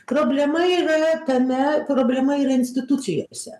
problema yra tame problema yra institucijose